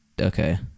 Okay